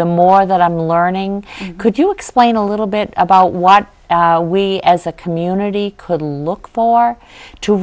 the more that i'm learning could you explain a little bit about what we as a community could look for to